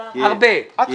לא הרבה.